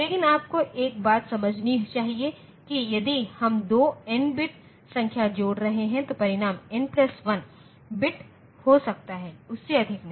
लेकिन आपको एक बात समझनी चाहिए कि यदि हम दो n बिट संख्या जोड़ रहे हैं तो परिणाम n प्लस 1 बिट हो सकता है उससे अधिक नहीं